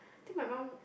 think my mum